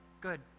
Good